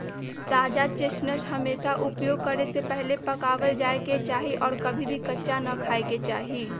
ताजा चेस्टनट हमेशा उपयोग करे से पहले पकावल जाये के चाहि और कभी भी कच्चा ना खाय के चाहि